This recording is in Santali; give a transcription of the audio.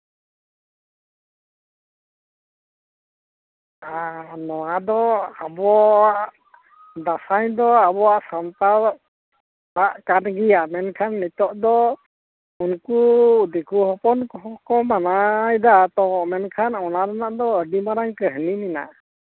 ᱦᱮᱸ ᱱᱚᱣᱟ ᱫᱚ ᱟᱵᱚᱣᱟᱜ ᱫᱟᱸᱥᱟᱭ ᱫᱚ ᱟᱵᱚᱣᱟᱜ ᱥᱟᱱᱛᱟᱲᱟᱜ ᱠᱟᱱ ᱜᱮᱭᱟ ᱢᱮᱱᱠᱷᱟᱱ ᱱᱤᱛᱳᱜ ᱫᱚ ᱩᱱᱠᱩ ᱫᱤᱠᱩ ᱦᱚᱯᱚᱱ ᱠᱚᱠᱚ ᱢᱟᱱᱟᱣᱮᱫᱟ ᱛᱚ ᱢᱮᱱᱠᱷᱟᱱ ᱚᱱᱟ ᱨᱮᱱᱟᱜ ᱫᱚ ᱟᱹᱰᱤ ᱢᱟᱨᱟᱝ ᱠᱟᱹᱱᱦᱤ ᱢᱮᱱᱟᱜᱼᱟ